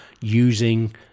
using